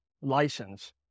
license